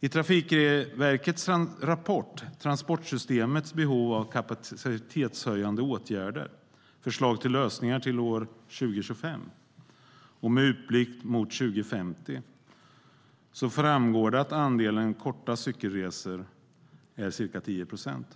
I Trafikverkets rapport Transportsystemets behov av kapacitetshöjande åtgärder - förslag på lösningar fram till år 2025 och utblick mot år 2050 framgår det att andelen korta cykelresor är ca 10 procent.